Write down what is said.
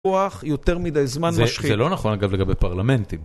כוח יותר מידי זמן משחית. זה לא נכון לגבי פרלמנטים.